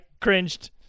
cringed